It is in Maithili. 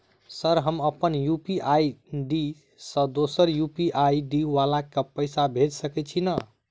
सर हम अप्पन यु.पी.आई आई.डी सँ दोसर यु.पी.आई आई.डी वला केँ पैसा भेजि सकै छी नै?